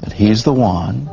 that he's the one